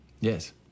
Yes